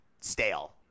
stale